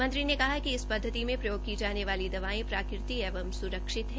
मंत्री ने कहा कि इस पद्वति में प्रयोग की जाने वाली दवायें प्राकृतिक एवं सुरक्षित है